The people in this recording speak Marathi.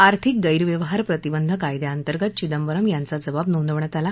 आर्थिक गैरव्यवहार प्रतिबंध कायद्याअंतर्गत चिदंबरम यांचा जबाब नोंदवण्यात आला